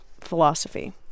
philosophy